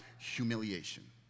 humiliation